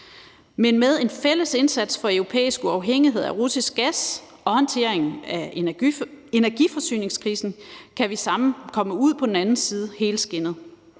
Men med en fælles indsats for europæisk uafhængighed af russisk gas og håndtering af energiforsyningskrisen kan vi sammen komme helskindet ud på den anden side. EU er kommet